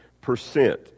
percent